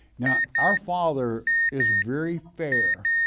now, our father is very fair,